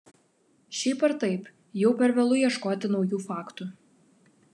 šiaip ar taip jau per vėlu ieškoti naujų faktų